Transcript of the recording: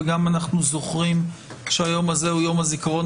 וגם אנחנו זוכרים שהיום הזה הוא יום הזיכרון